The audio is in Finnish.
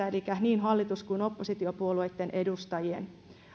elikkä niin hallitus kuin oppositiopuolueitten edustajien